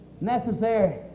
Necessary